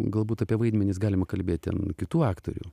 galbūt apie vaidmenis galima kalbėt ten kitų aktorių